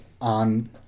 on